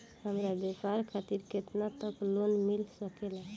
हमरा व्यापार खातिर केतना तक लोन मिल सकेला?